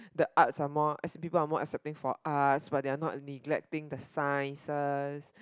the arts are more as people are more accepting of arts but they are not neglecting the science